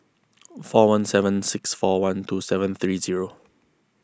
four one seven six four one two seven three zero